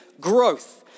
growth